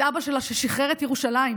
את אבא שלה, ששחרר את ירושלים,